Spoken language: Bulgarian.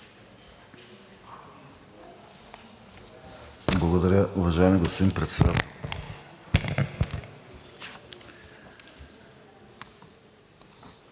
Благодаря, уважаеми господин Председател.